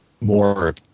more